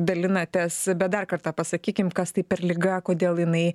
dalinatės bet dar kartą pasakykim kas tai per liga kodėl jinai